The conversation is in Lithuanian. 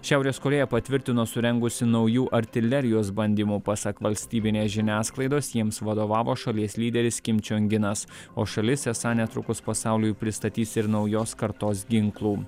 šiaurės korėja patvirtino surengusi naujų artilerijos bandymų pasak valstybinės žiniasklaidos jiems vadovavo šalies lyderis kim čiong inas o šalis esą netrukus pasauliui pristatys ir naujos kartos ginklų